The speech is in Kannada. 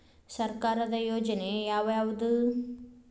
ಸರ್ಕಾರದ ಯೋಜನೆ ಯಾವ್ ಯಾವ್ದ್?